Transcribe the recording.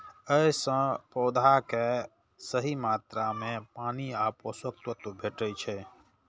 अय सं पौधा कें सही मात्रा मे पानि आ पोषक तत्व भेटै छै